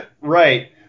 Right